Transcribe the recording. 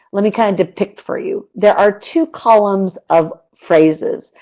let me, kind of, depict for you. there are two columns of phrases,